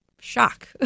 shock